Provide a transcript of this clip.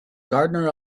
gardener